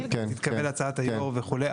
התקבל הצעת הערעור וכו'.